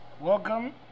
Welcome